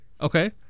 Okay